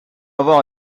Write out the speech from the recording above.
avoir